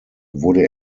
wurde